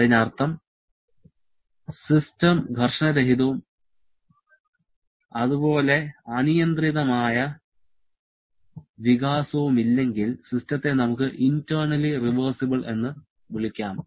അതിനർത്ഥം സിസ്റ്റം ഘർഷണരഹിതവും അതുപോലെ അനിയന്ത്രിതമായ വികാസവുമില്ലെങ്കിൽ സിസ്റ്റത്തെ നമുക്ക് ഇന്റെർണലി റിവേഴ്സിബൽ എന്ന് വിളിക്കാം